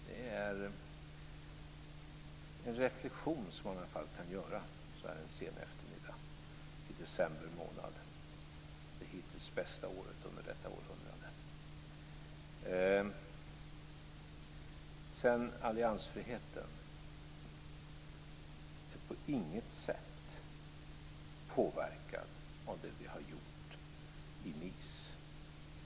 Det är en reflexion som man i alla fall kan göra så här en sen eftermiddag i december månad, det hittills bästa året under detta århundrade. Alliansfriheten är på inget sätt påverkad av det som vi har gjort i Nice.